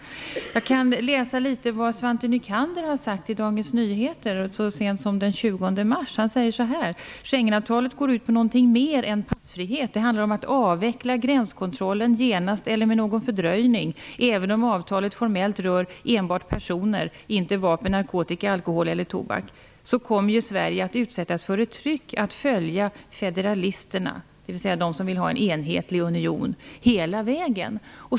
Jag kan läsa litet av vad Svante Nycander har sagt i Dagens Nyheter så sent som den 20 mars: Schengenavtalet går ut på någonting mer än passfrihet. Det handlar om att avveckla gränskontrollen, genast eller med någon fördröjning, även om avtalet formellt rör enbart personer, inte vapen, narkotika, alkohol eller tobak. Sverige utsätts för ett tryck att följa federalisterna, dvs. de som vill ha en enhetlig union, hela vägen.